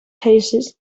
cases